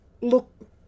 look